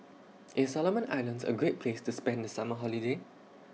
IS Solomon Islands A Great Place to spend The Summer Holiday